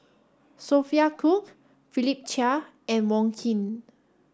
Sophia Cooke Philip Chia and Wong Keen